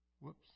Whoops